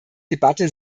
debatte